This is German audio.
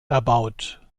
erbaut